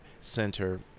center